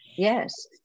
Yes